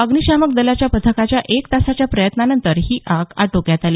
अग्निशामक दलाच्या पथकाच्या एक तासाच्या प्रयत्नानंतर ही आग आटोक्यात आली